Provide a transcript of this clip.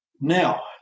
Now